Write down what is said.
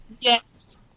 Yes